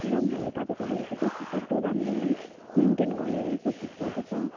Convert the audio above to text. र पनि हामी तपाईँको निम्ति जतिसक्दो राम्रो नै मेन्टेन गर्ने नै कोसिस गर्दैछ